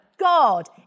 God